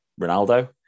Ronaldo